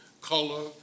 color